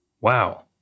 wow